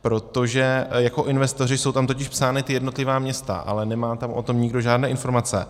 Protože jako investoři jsou tam totiž psána jednotlivá města, ale nemá tam o tom nikdo žádné informace.